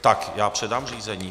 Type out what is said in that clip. Tak já předám řízení.